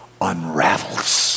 unravels